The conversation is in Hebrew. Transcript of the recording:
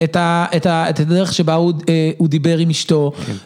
את הדרך שבה הוא דיבר עם אשתו.